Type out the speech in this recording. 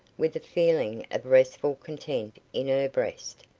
with a feeling of restful content in her breast,